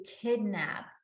kidnap